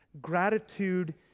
gratitude